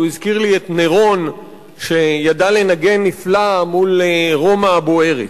הוא הזכיר לי את נירון שידע לנגן נפלא מול רומא הבוערת.